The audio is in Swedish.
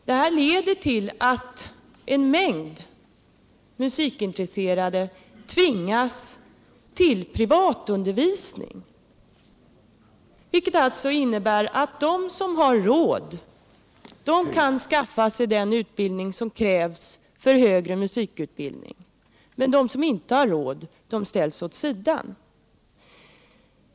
Detta leder till att en mängd musikintresserade tvingas till privatundervisning, vilket innebär att de som har råd kan skaffa sig den utbildning som krävs för högre musikutbildning, medan de som inte har råd ställs åt sidan.